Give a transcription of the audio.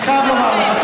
אני חייב לומר לך,